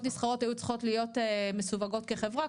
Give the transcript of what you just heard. נסחרות היו צריכות להיות מסווגות כחברה,